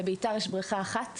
בביתר עילית יש בריכה אחת,